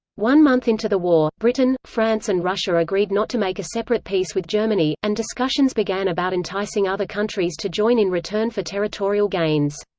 one month into the war, britain, france and russia agreed not to make a separate peace with germany, and discussions began about enticing other countries to join in return for territorial gains.